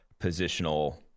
positional